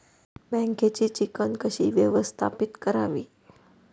बँकेची चिकण कशी व्यवस्थापित करावी?